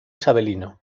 isabelino